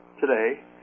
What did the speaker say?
today